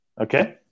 Okay